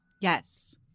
Yes